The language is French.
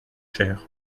cher